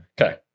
Okay